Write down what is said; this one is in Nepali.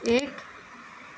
एक